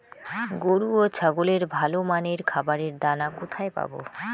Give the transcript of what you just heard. গরু ও ছাগলের ভালো মানের খাবারের দানা কোথায় পাবো?